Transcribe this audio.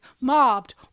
mobbed